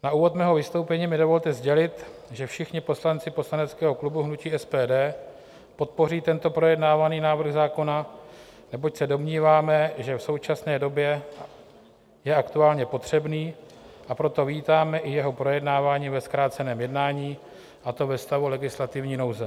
Na úvod mého vystoupení mi dovolte sdělit, že všichni poslanci poslaneckého klubu hnutí SPD podpoří tento projednávaný návrh zákona, neboť se domníváme, že v současné době je aktuálně potřebný, a proto vítáme i jeho projednávání ve zkráceném jednání, a to ve stavu legislativní nouze.